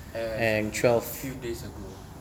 and twelve few days ago